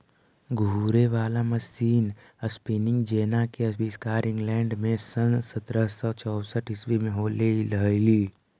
घूरे वाला machine spinning jenny के आविष्कार इंग्लैंड में सन् सत्रह सौ चौसठ ईसवी में होले हलई